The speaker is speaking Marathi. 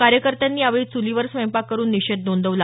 कार्यकर्त्यांनी यावेळी चुलीवर स्वयंपाक करून निषेध नोंदवला